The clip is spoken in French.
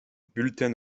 bulletin